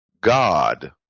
God